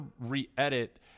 re-edit